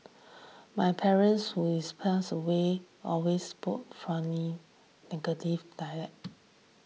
my parents who is passed away always spoken fondly dialect